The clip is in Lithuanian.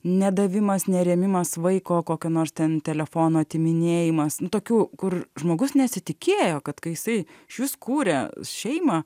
nedavimas nerėmimas vaiko kokio nors ten telefono atiminėjimas nu tokių kur žmogus nesitikėjo kad kai jisai išvis kūrė šeimą